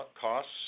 costs